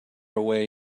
away